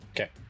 Okay